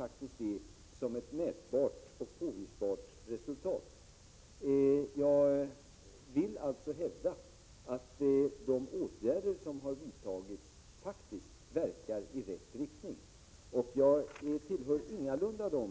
Jag ser faktiskt detta som ett mätbart och påvisbart resultat. Jag hävdar alltså att de åtgärder som har vidtagits faktiskt verkar i rätt riktning. Jag tillhör ingalunda dem